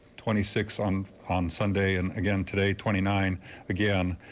twenty six on on sunday and again, today twenty nine again.